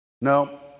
No